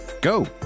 Go